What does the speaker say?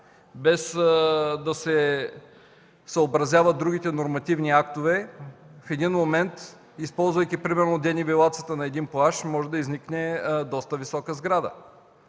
без да се съобразяват другите нормативни актове, в един момент, използвайки примерно денивелацията на даден плаж може да изникне доста висока сграда.